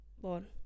one